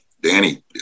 Danny